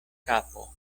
kapo